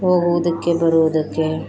ಹೋಗುವುದಕ್ಕೆ ಬರುವುದಕ್ಕೆ